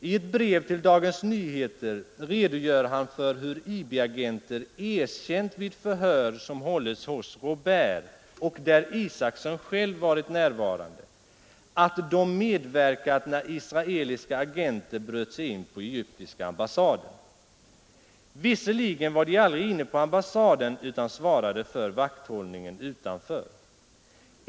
I ett brev till Dagens Nyheter redogör han för hur IB-agenter vid förhör som hållits hos Robért — och där Isacson själv varit närvarande — erkänt att de medverkade när israeliska agenter bröt sig in på egyptiska ambassaden — visserligen var de aldrig inne på ambassaden utan svarade för vakthållningen utanför.